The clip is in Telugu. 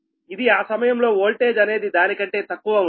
ఇది ఆ సమయంలో వోల్టేజ్ అనేది దాని కంటే తక్కువ ఉంటుంది